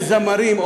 יש זמרים,